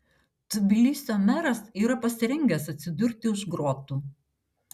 tbilisio meras yra pasirengęs atsidurti už grotų